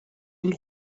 und